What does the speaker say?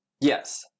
Yes